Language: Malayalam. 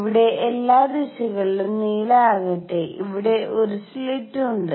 ഇവിടെ എല്ലാ ദിശകളിലും നീല ആക്കട്ടെ ഇവിടെ ഒരു സ്ലിറ്റ് ഉണ്ട്